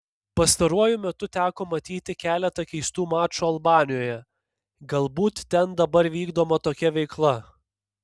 pastaruoju metu teko matyti keletą keistų mačų albanijoje galbūt ten dabar vykdoma tokia veikla